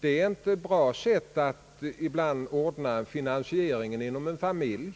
Det är ibland inte lämpligt att med sådana lån ordna finansieringen inom en familj.